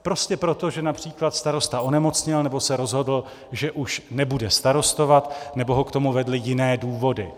Prostě proto, že například starosta onemocněl, nebo se rozhodl, že už nebude starostovat, nebo ho k tomu vedly jiné důvody.